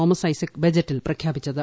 Thomas Isaac ബജറ്റിൽ പ്രഖ്യാപിച്ചത്